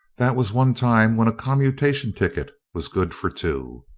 that was one time when a commutation ticket was good for two.